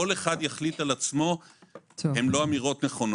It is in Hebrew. כל אחד יחליט על עצמו אינן נכונות.